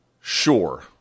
Sure